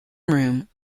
room